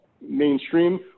mainstream